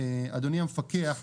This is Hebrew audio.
אדוני המפקח,